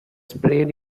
sprayed